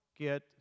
get